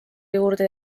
juurde